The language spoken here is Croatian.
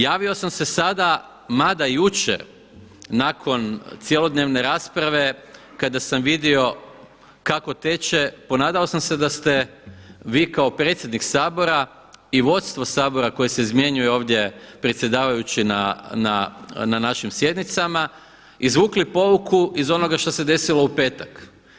Javio sam se sada, mada jučer nakon cjelodnevne rasprave kada sam vidio kako teče ponadao sam se da ste vi kao predsjednik Sabora i vodstvo Sabora koje se izmjenjuje ovdje predsjedavajući na našim sjednicama izvukli pouku iz onoga što se desilo u petak.